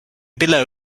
below